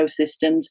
ecosystems